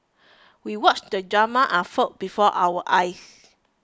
we watched the drama unfold before our eyes